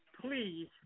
please